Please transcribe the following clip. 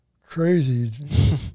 Crazy